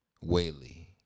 Whaley